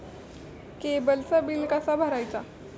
केबलचा बिल कसा भरायचा?